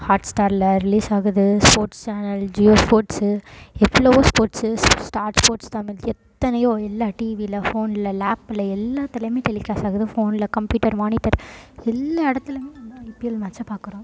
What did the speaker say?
ஹாட்ஸ்டாரில் release ஆகுது sports channel Jio sports எவ்ளவோ sports ஸ் ஸ்டார் ஸ்போர்ட்ஸ் தமிழ் எத்தனையோ எல்லா டிவியில் ஃபோனில் லேப்பில் எல்லாத்துலேயுமே டெலிகாஸ்ட் ஆகுது ஃபோனில் கம்ப்யூட்டர் மானிட்டர் எல்லா இடத்துலையுமே வந்து ஐபிஎல் மேட்ச்சை பார்க்கறோம்